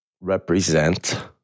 represent